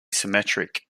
symmetric